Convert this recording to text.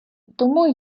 тому